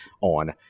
on